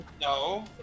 No